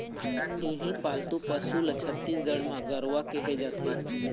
इहीं पालतू पशु ल छत्तीसगढ़ म गरूवा केहे जाथे